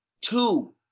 Two